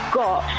got